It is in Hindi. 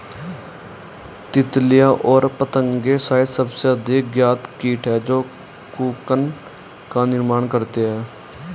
तितलियाँ और पतंगे शायद सबसे अधिक ज्ञात कीट हैं जो कोकून का निर्माण करते हैं